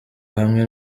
hamwe